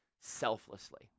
selflessly